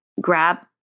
grab